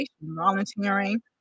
volunteering